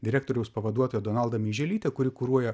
direktoriaus pavaduotoją donaldą meiželytę kuri kuruoja